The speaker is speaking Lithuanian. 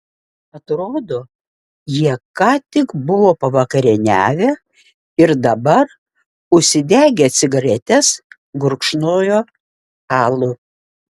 atrodo jie ką tik buvo pavakarieniavę ir dabar užsidegę cigaretes gurkšnojo alų